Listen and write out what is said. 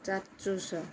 ଚାକ୍ଷୁଷ